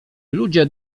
ludzie